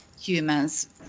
humans